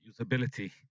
usability